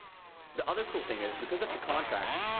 the other cool thing is, because of the contracts,